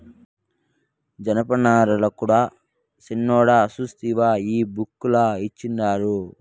జనపనారల కూడా సిన్నోడా సూస్తివా ఈ బుక్ ల ఇచ్చిండారు